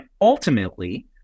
ultimately